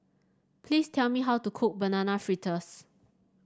please tell me how to cook Banana Fritters